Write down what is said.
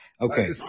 Okay